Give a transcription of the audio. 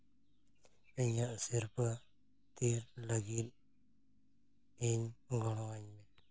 ᱤᱧᱟᱹᱜ ᱥᱤᱨᱨᱯᱟᱹ ᱛᱷᱤᱨ ᱞᱟᱹᱜᱤᱫ ᱤᱧ ᱜᱚᱲᱚᱣᱟᱹᱧ ᱢᱮ